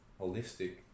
holistic